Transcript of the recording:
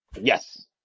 Yes